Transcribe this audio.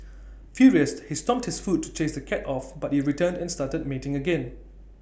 furious he stomped his foot to chase the cat off but IT returned and started mating again